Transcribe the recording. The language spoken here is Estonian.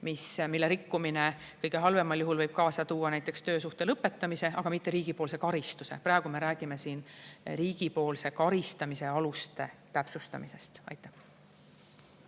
mille rikkumine võib kõige halvemal juhul kaasa tuua töösuhte lõpetamise, aga mitte riigipoolse karistuse. Praegu me räägime siin riigipoolse karistamise aluste täpsustamisest.